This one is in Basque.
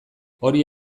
hori